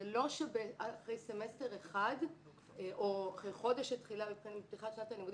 זה לא שאחרי סמסטר אחד או אחרי חודש של פתיחת שנת הלימודים.